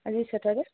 আজি চেটাৰডে